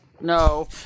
no